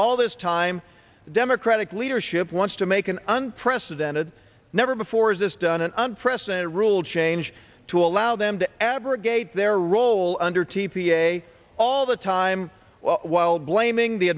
all this time the democratic leadership wants to make an unprecedented never before has this done an unprecedented rule change to allow them to abrogate their role under t p a all the time well while blaming the